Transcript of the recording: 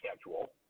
schedule